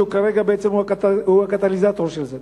שכרגע בעצם הוא הקטליזטור של זה.